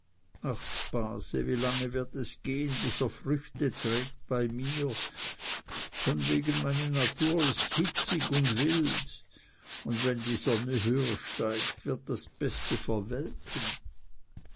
wie lange wird es gehen bis er früchte trägt bei mir von wegen meine natur ist hitzig und wild und wenn die sonne höher steigt wird das beste verwelken